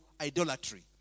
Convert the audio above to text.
idolatry